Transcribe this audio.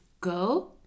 go